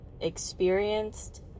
experienced